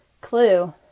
Clue